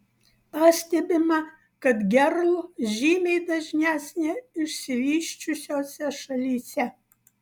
pastebima kad gerl žymiai dažnesnė išsivysčiusiose šalyse